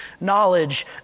knowledge